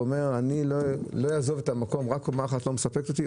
הוא אמר שקומה אחת לא מספקת אותו,